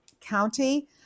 county